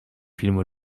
filmu